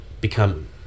become